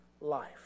life